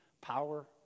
Power